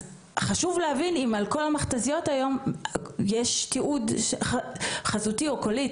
אז חשוב להבין אם על כל המכתזיות היום יש תיעוד חזותי או קולי.